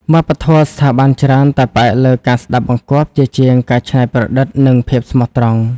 វប្បធម៌ស្ថាប័នច្រើនតែផ្អែកលើ "ការស្ដាប់បង្គាប់" ជាជាង "ការច្នៃប្រឌិត និងភាពស្មោះត្រង់"។